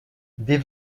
des